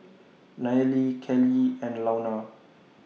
Nayeli Kellee and Launa